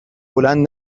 بلند